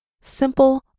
simple